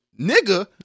nigga